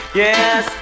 yes